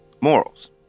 morals